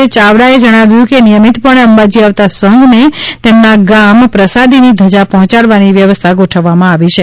યાવડાએ જણાવ્યુ છે કે નિયમિતપણે અંબાજી આવતા સંઘને તેમના ગામ પ્રસાદીની ધજા પહોચડવાની વ્યવસ્થા ગોઠવવામાં આવી છે